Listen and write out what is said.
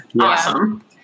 awesome